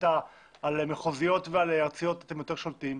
שליטה כאשר על מחוזיות ועל ארצות אתם יותר שולטים.